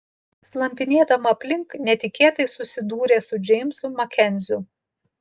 slampinėdama aplink netikėtai susidūrė su džeimsu makenziu